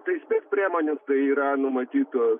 tai spec priemonės tai yra numatytos